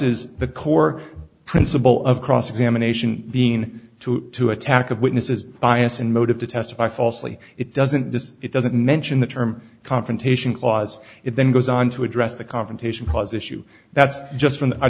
es the core principle of cross examination being two to attack of witnesses bias and motive to testify falsely it doesn't this it doesn't mention the term confrontation clause it then goes on to address the confrontation clause issue that's just